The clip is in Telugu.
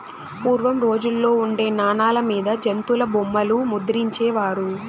పూర్వం రోజుల్లో ఉండే నాణాల మీద జంతుల బొమ్మలు ముద్రించే వారు